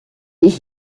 ich